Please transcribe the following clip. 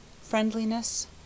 Friendliness